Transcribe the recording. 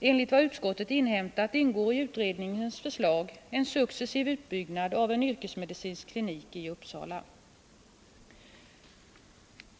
Enligt vad utskottet inhämtat ingår i utredningens förslag en successiv utbyggnad av en yrkesmedicinsk klinik i Uppsala.